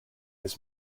his